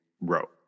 wrote